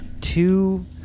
two